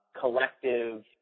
collective